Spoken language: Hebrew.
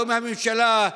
לא מהממשלה,